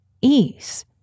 ease